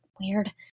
weird